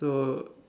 so